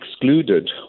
excluded